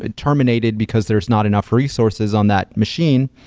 ah terminated because there's not enough resources on that machine.